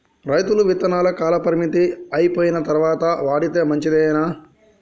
రైతులు విత్తనాల కాలపరిమితి అయిపోయిన తరువాత వాడితే మంచిదేనా?